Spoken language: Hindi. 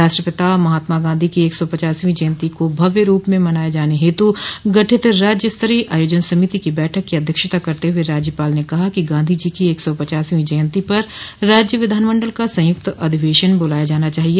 राष्ट्रपिता महात्मा गांधी की एक सौ पचासवीं जयन्ती को भव्य रूप से मनाये जाने हेतु गठित राज्य स्तरीय आयोजन समिति की बैठक की अध्यक्षता करते हुए राज्यपाल ने कहा कि गांधी जी की एक सौ पचासवीं जयन्ती पर राज्य विधानमंडल का संयुक्त अधिवेशन बुलाया जाना चाहिए